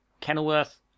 Kenilworth